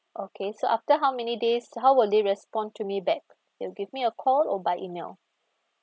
okay so after how many days how will they respond to me back you'll give me a call or by email